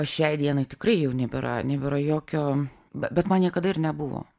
šiai dienai tikrai jau nebėra nebėra jokio bet man niekada ir nebuvo